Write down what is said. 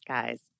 Guys